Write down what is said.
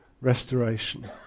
restoration